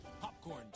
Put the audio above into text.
popcorn